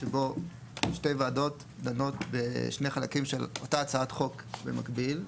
שבו שתי ועדות דנות בשני חלקים של אותה הצעת חוק במקביל,